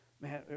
Man